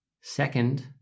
Second